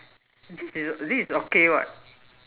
this is okay [what]